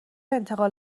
انتقال